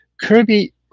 Kirby